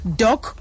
doc